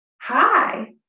Hi